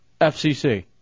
FCC